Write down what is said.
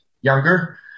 younger